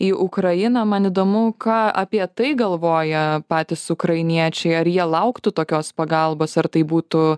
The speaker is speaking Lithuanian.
į ukrainą man įdomu ką apie tai galvoja patys ukrainiečiai ar jie lauktų tokios pagalbos ar tai būtų